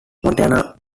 montoya